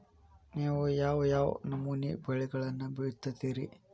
ನೇವು ಯಾವ್ ಯಾವ್ ನಮೂನಿ ಬೆಳಿಗೊಳನ್ನ ಬಿತ್ತತಿರಿ?